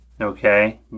okay